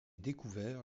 découvert